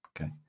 Okay